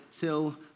till